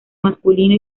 masculino